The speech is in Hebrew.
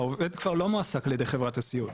העובד כבר לא מועסק על ידי חברת הסיעוד,